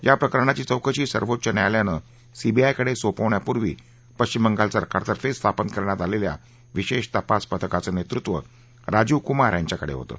या प्रकरणाची चौकशी सर्वोच्च न्यायालयाने सीबीआयकडे सोपवण्यात पूर्वी पश्विम बंगाल सरकारतर्फे स्थापन करण्यात आलेल्या विशेष तपास पथकाचं नेतृत्व राजीव कुमार यांच्याकडे होतं